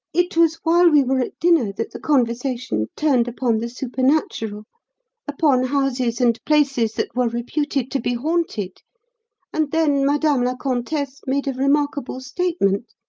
it was while we were at dinner that the conversation turned upon the supernatural upon houses and places that were reputed to be haunted and then madame la comtesse made a remarkable statement.